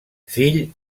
fill